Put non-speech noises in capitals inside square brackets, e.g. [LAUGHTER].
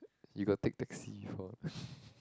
you got take taxi before [BREATH]